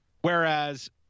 whereas